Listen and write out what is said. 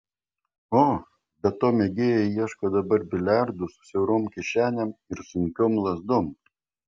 o be to mėgėjai ieško dabar biliardų su siaurom kišenėm ir sunkiom lazdom